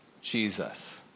Jesus